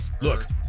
look